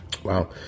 Wow